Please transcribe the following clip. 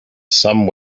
some